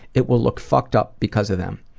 it will look fucked up because of them.